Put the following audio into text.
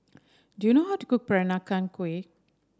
do you know how to cook Peranakan Kueh